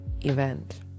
event